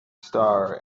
star